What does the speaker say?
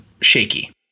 shaky